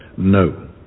No